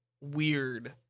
weird